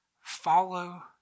follow